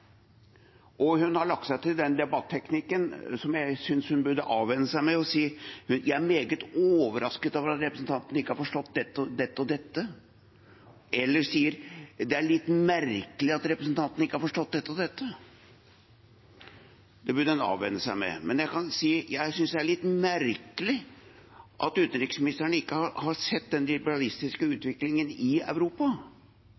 og hun har lagt seg til en debatteknikk – som jeg synes hun burde venne seg av med – med å si at hun er meget overrasket over at representanten ikke har forstått dette og dette, eller sier at det er litt merkelig at representanten ikke har forstått dette og dette. Det burde hun venne seg av med å si. Men jeg kan si at jeg synes det er litt merkelig at utenriksministeren ikke har sett den liberalistiske